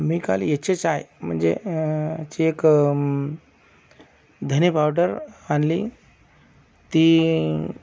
मी काल H H I म्हणजे ची एक धणे पावडर आणली ती